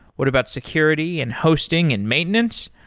what about security and hosting and maintenance?